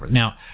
now,